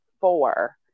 four